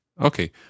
Okay